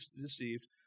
deceived